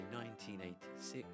1986